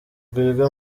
rwiga